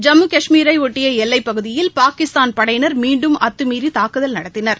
ஜம்மு கஷ்மீரைபொட்டிய எல்லைப்பகுதியில் பாகிஸ்தான படையினர் மீண்டும் அத்துமீறி தாக்குதல் நடத்தினர்